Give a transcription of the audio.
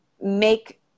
make